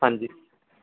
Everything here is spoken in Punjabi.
ਹਾਂਜੀ